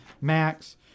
Max